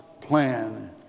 plan